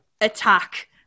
attack